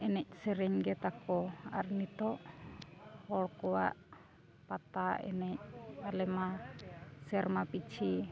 ᱮᱱᱮᱡ ᱥᱮᱨᱮᱧ ᱜᱮᱛᱟᱠᱚ ᱟᱨ ᱱᱤᱛᱚᱜ ᱦᱚᱲ ᱠᱚᱣᱟᱜ ᱯᱟᱛᱟ ᱮᱱᱮᱡ ᱟᱞᱮ ᱢᱟ ᱥᱮᱨᱢᱟ ᱯᱤᱪᱷᱤ